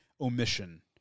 omission